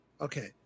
okay